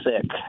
sick